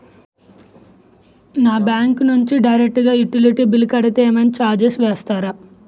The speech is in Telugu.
నా బ్యాంక్ నుంచి డైరెక్ట్ గా యుటిలిటీ బిల్ కడితే ఏమైనా చార్జెస్ వేస్తారా?